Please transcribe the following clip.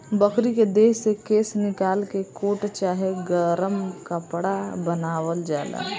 बकरी के देह से केश निकाल के कोट चाहे गरम कपड़ा बनावल जाला